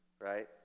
right